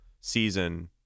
season